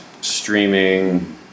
streaming